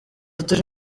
atari